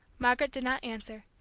margaret did not answer.